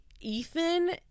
Ethan